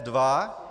Dva?